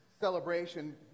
celebration